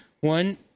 one